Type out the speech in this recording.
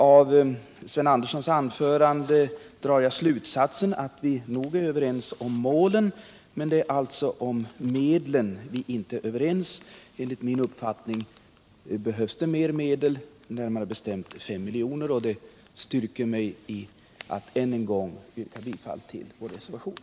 Av Sven Anderssons anförande drar jag slutsatsen att vi nog är överens om målen, men att vi alltså inte är överens om medlen. Enligt min uppfattning behövs mer medel, närmare bestämt 5 milj.kr., och det styrker mig att än en gång yrka bifall till vår reservation.